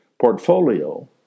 portfolio